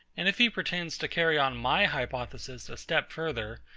and if he pretends to carry on my hypothesis a step further,